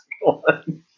one